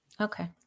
Okay